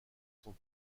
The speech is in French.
son